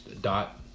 dot